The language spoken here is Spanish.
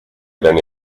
eran